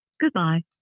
Goodbye